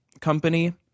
company